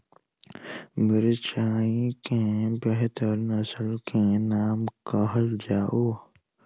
मिर्चाई केँ बेहतर नस्ल केँ नाम कहल जाउ?